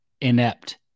inept